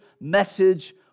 message